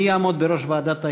מי יעמוד בראש ועדת האיתור?